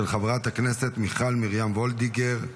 של חברת הכנסת מיכל מרים וולדיגר.